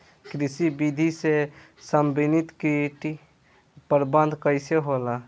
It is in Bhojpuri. कृषि विधि से समन्वित कीट प्रबंधन कइसे होला?